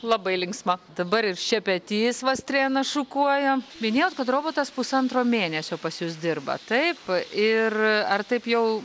labai linksma dabar ir šepetys va strėnas šukuoja minėjot kad robotas pusantro mėnesio pas jus dirba taip ir ar taip jau